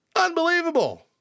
Unbelievable